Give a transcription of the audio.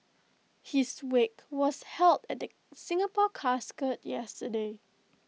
his wake was held at the Singapore casket yesterday